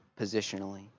positionally